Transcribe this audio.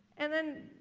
and then,